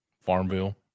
Farmville